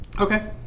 Okay